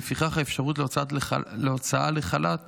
לפיכך, האפשרות להוצאה לחל"ת